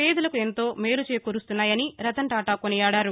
పేదలకు ఎంతో మేలు చేకూరుస్తున్నాయని రతన్టాటా కొనియాడారు